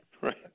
right